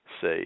say